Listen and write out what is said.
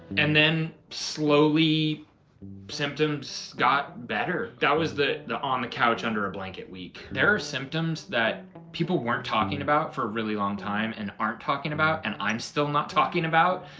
and then, slowly symptoms got better. that was the the on the couch, under a blanket week. there are symptoms that people weren't talking about for a really long time and aren't talking about and i'm still not talking about.